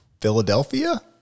Philadelphia